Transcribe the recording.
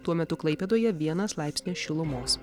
tuo metu klaipėdoje vienas laipsnis šilumos